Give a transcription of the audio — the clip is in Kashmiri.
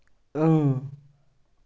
اۭں